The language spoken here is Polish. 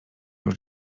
już